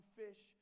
fish